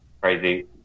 crazy